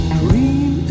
dream